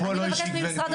אני מבקשת ממשרד הבריאות,